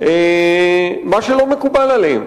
מה שלא מקובל עליהם.